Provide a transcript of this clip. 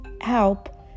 help